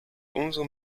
umso